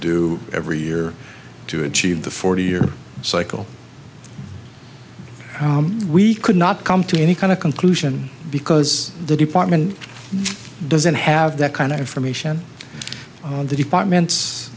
do every year to achieve the forty year cycle we could not come to any kind of conclusion because the department doesn't have that kind of information on the department